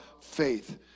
faith